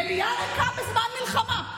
מליאה ריקה בזמן מלחמה.